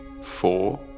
Four